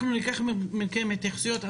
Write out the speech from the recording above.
אנחנו נשמע את התייחסויותיכם,